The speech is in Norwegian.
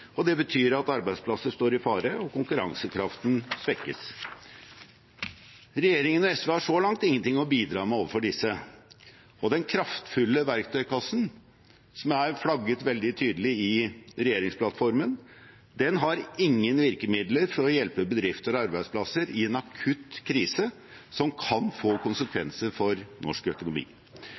og det betyr at arbeidsplasser står i fare og konkurransekraften svekkes. Regjeringen og SV har så langt ingenting å bidra med overfor disse. Den kraftfulle verktøykassen som er flagget veldig tydelig i regjeringsplattformen, har ingen virkemidler for å hjelpe bedrifter og arbeidsplasser i en akutt krise som kan få konsekvenser for norsk økonomi.